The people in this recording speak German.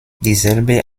dieselbe